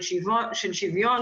של שוויון,